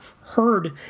heard